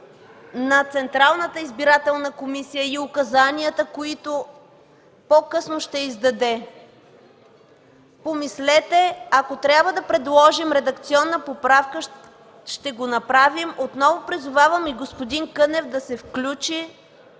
на Централната избирателна комисия и указанията, които по-късно ще издаде. Помислете – ако трябва да предложим редакционна поправка, ще го направим. Отново призовавам и господин Кънев да се включи